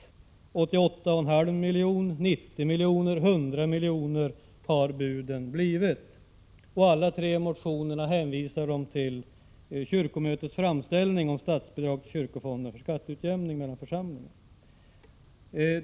Buden är 88,5 miljoner, 90 miljoner och 100 miljoner. I alla de tre motionerna hänvisas till kyrkomötets framställning om statsbidrag till kyrkofonden för skatteutjämning mellan församlingarna.